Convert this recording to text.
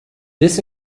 this